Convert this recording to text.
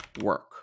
work